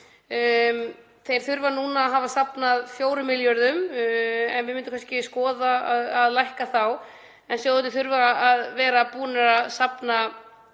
þeir þurfa núna að hafa safnað 4 milljörðum en við myndum kannski skoða að lækka það. Sjóðirnir þurfa að vera búnir að safna